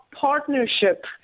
partnership